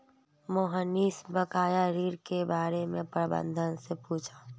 मोहनीश बकाया ऋण के बारे में प्रबंधक से पूछा